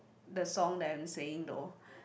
the song that I'm saying though